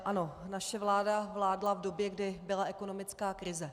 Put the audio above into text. Ano, naše vláda vládla v době, kdy byla ekonomická krize.